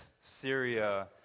Syria